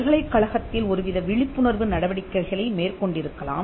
பல்கலைக்கழகத்தில் ஒருவித விழிப்புணர்வு நடவடிக்கைகளை மேற்கொண்டிருக்கலாம்